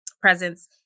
presence